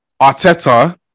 Arteta